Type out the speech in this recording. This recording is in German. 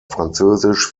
französisch